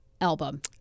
album